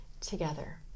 together